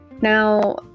Now